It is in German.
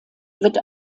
wird